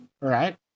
right